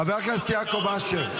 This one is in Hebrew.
חבר הכנסת יעקב אשר.